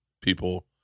people